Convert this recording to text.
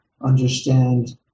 understand